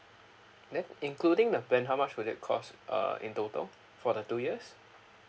then including the plan how much will that cost uh in total for the two years